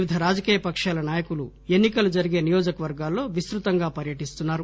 వివిధ రాజకీయ పకాల నాయకులు ఎన్ని కలు జరిగే నియోజకవర్గాల్లో విస్తృతంగా పర్యటిస్తున్నారు